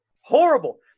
Horrible